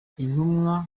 intumwa